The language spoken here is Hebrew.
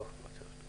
יופי, מצב טוב.